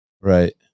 Right